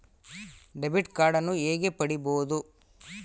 Debit ಕಾರ್ಡನ್ನು ಹೇಗೆ ಪಡಿಬೋದು?